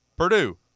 Purdue